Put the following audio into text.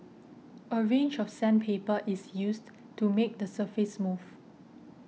a range of sandpaper is used to make the surface smooth